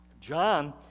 John